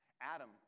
Adam